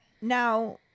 Now